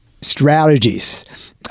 strategies